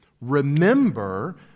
remember